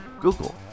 Google